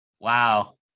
wow